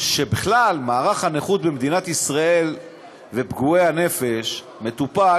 שבכלל מערך הנכות במדינת ישראל ופגועי הנפש מטופל